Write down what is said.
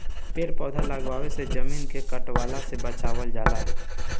पेड़ पौधा लगवला से जमीन के कटला से बचावल जाला